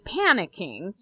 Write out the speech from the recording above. panicking